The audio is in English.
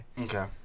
okay